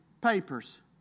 papers